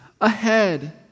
ahead